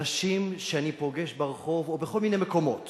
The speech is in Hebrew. אנשים שאני פוגש ברחוב או בכל מיני מקומות